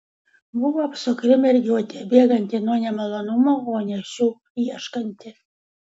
buvo apsukri mergiotė bėganti nuo nemalonumų o ne šių ieškanti